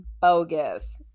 bogus